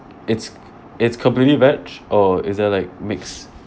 it's it's completely vegetarian or is there like mix